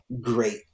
great